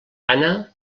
anna